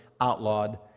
outlawed